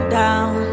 down